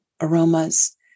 aromas